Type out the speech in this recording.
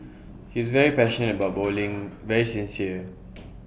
his very passionate about bowling very sincere